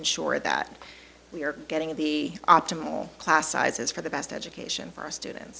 ensure that we are getting the optimal class sizes for the best education for student